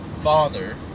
Father